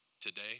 Today